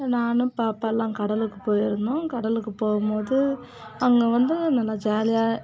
நானும் பாப்பா எல்லாம் கடலுக்கு போயி இருந்தோம் கடலுக்கு போகும் போது அங்கே வந்து நல்லா ஜாலியாக